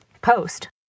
post